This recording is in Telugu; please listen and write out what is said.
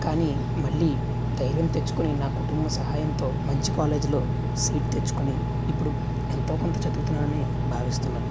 కానీ మళ్ళీ ధైర్యం తెచ్చుకుని నా కుటుంబ సహాయంతో మంచి కాలేజ్లో సీట్ తెచ్చుకుని ఇప్పుడు ఎంతో కొంత చదువుతున్నానని భావిస్తున్నాను